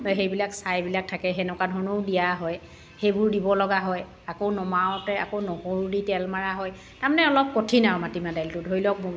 সেইবিলাক ছাইবিলাক থাকে সেনেকুৱা ধৰণেও দিয়া হয় সেইবোৰ দিব লগা হয় আকৌ নমাওতে আকৌ নহৰু দি তেল মৰা হয় তাৰমানে অলপ কঠিন আৰু মাটিমাহ দাইলটো ধৰি লওক